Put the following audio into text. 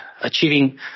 achieving